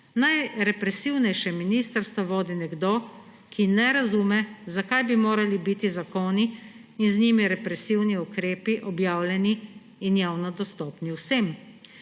Najrepresivnejše ministrstvo vodi nekdo, ki ne razume, zakaj bi morali biti zakoni in z njimi represivni ukrepi objavljeni in javno dostopni vsem.